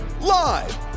live